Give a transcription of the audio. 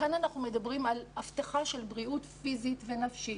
וכאן אנחנו מדברים על אבטחה של בריאות פיזית נפשית.